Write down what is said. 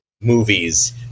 movies